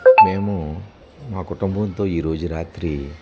మేము మా కుటుంబంతో ఈరోజు రాత్రి